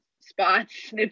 spots